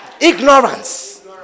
Ignorance